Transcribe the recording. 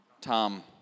Tom